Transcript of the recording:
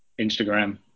Instagram